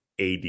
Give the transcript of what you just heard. AD